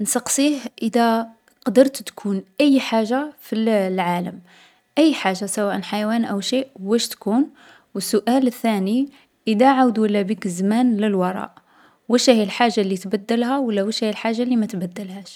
نسقسيه اذا قدرت تكون أي حاجة في الـ العالم، أي حاجة سواء حيوان أو شيء واش تكون؟ و السؤال الثاني، إذا عاود ولا بيك الزمان للوراء، وشاهي الحاجة لي تبدلها و لا وشاهي الحاجة لي ما تبدلهاش؟